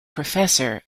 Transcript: professor